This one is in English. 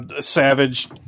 Savage